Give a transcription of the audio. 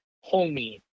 homey